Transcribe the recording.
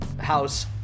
house